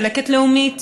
צלקת לאומית,